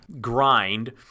grind